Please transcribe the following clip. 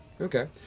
Okay